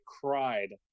cried